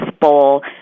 Bowl